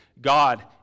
God